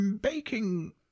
baking